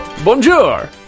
Bonjour